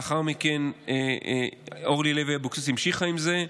לאחר מכן אורלי לוי אבקסיס המשיכה עם זה.